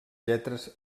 lletres